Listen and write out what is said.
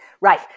Right